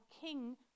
king